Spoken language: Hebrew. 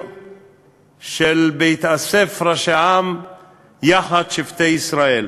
של "בהתאסף ראשי עם יחד שבטי ישראל".